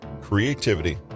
creativity